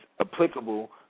applicable